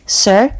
sir